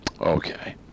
Okay